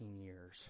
years